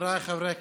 חבריי חברי הכנסת,